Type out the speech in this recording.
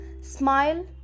Smile